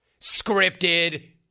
scripted